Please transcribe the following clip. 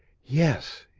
yes,